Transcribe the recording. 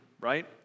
right